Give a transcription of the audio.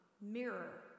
mirror